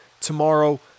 Tomorrow